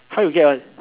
how you get one